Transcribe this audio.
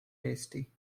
tasty